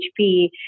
HP